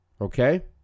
Okay